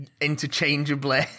interchangeably